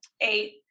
eight